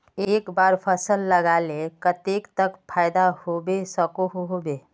एक बार फसल लगाले कतेक तक फायदा होबे सकोहो होबे?